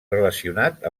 relacionat